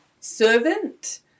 servant